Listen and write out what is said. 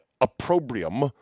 opprobrium